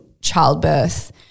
childbirth